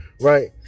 Right